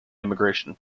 immigration